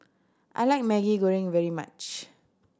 I like Maggi Goreng very much